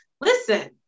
listen